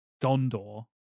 Gondor